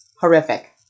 horrific